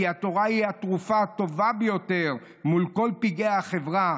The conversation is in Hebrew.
כי התורה היא התרופה הטובה ביותר מול כל פגעי החברה,